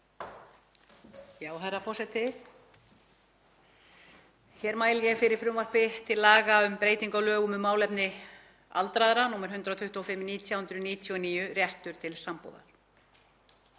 Herra forseti. Hér mæli ég fyrir frumvarpi til laga um breytingu á lögum um málefni aldraðra, nr. 125/1999, um rétt til sambúðar.